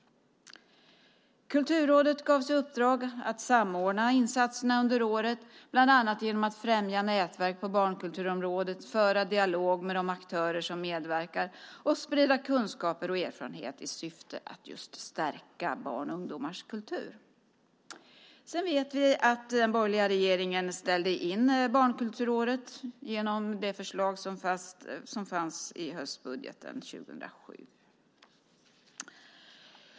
Kulturrådet gavs i uppdrag att samordna insatserna under året, bland annat genom att främja nätverk på barnkulturområdet, föra dialog med de aktörer som medverkar och sprida kunskaper och erfarenhet i syfte att just stärka barns och ungdomars kultur. Vi vet att den borgerliga regeringen ställde in barnkulturåret genom det förslag som fanns i höstbudgeten 2007.